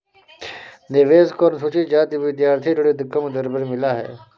देवेश को अनुसूचित जाति विद्यार्थी ऋण कम दर पर मिला है